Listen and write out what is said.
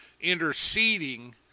interceding